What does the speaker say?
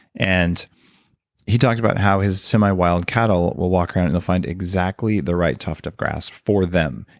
and he talked about how his semi-wild cattle will walk around they'll find exactly the right tuft of grass for them.